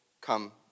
come